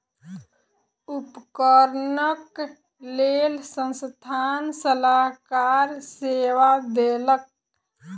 उपकरणक लेल संस्थान सलाहकार सेवा देलक